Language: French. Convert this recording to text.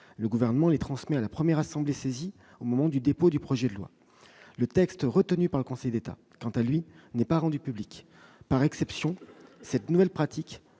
Le Gouvernement les transmet à la première assemblée saisie au moment du dépôt du projet de loi. Le texte retenu par le Conseil d'État, quant à lui, n'est pas rendu public. Par exception, cette nouvelle pratique